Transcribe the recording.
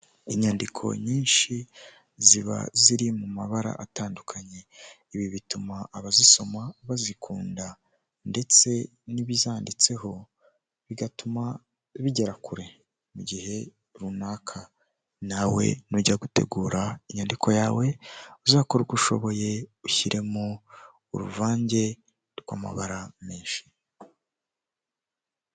Inyandiko nyinshi ziba ziri mu mabara atandukanye ibi bituma abazisoma bazikunda ndetse n'ibizanditseho bigatuma bigera kure mu gihe runaka, nawe nujya gutegura inyandiko yawe uzakore uko ushoboye ushyiremo uruvange rw'amabara menshi.